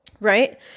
right